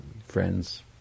friends